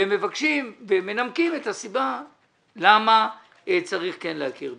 והם מנמקים את הסיבה למה צריך כן להכיר בזה.